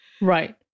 Right